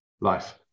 life